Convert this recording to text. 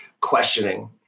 questioning